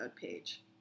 page